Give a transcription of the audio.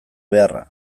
beharra